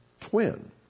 twin